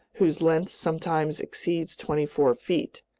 whose length sometimes exceeds twenty-four feet.